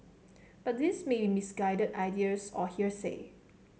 but these may misguided ideas or hearsay